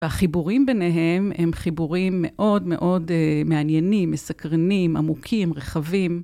והחיבורים ביניהם הם חיבורים מאוד מאוד מעניינים, מסקרנים, עמוקים, רחבים.